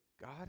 God